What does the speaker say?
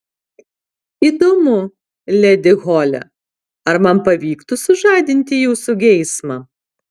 įdomu ledi hole ar man pavyktų sužadinti jūsų geismą